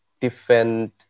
defend